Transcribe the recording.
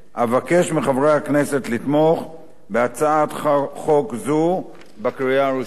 אבקש מחברי הכנסת לתמוך בהצעת חוק זו בקריאה הראשונה.